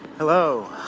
hello,